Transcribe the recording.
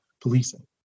policing